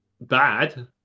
bad